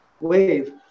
wave